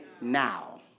now